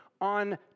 on